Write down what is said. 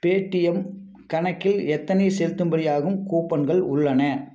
Paytm கணக்கில் எத்தனை செலுத்தும்படியாகும் கூப்பன்கள் உள்ளன